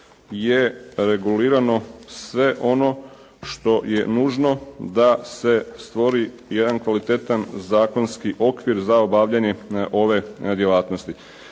je regulirano sve ono što je nužno da se stvori jedan kvalitetan zakonski okvir za obavljanje ove djelatnosti.